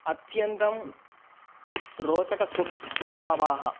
अत्यन्तं रोचकः स्वभावाः